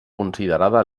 considerada